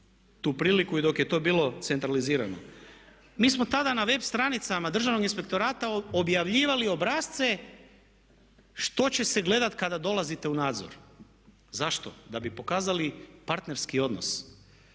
tu priliku i dok je to bilo centralizirano. Mi smo tada na web stranicama Državnog inspektorata objavljivali obrasce što će se gledati kada dolazite u nadzor. Zašto? Da bi pokazali partnerski odnos.